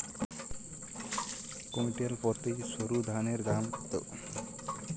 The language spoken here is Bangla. কুইন্টাল প্রতি সরুধানের দাম কত?